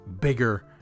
bigger